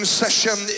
session